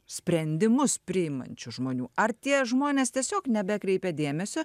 sprendimus priimančių žmonių ar tie žmonės tiesiog nebekreipia dėmesio